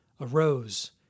arose